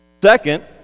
Second